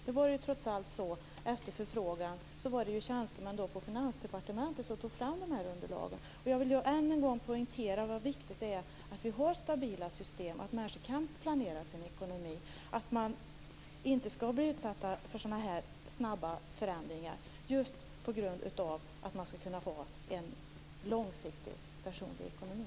Nu var det efter förfrågan tjänstemän på Finansdepartementet som tog fram de här underlagen. Jag vill än en gång poängtera hur viktigt det är att vi har stabila system, att människor kan planera sin ekonomi. Man skall inte bli utsatt för sådana här snabba förändringar just på grund av att man skall kunna ha en långsiktigt planerad personlig ekonomi.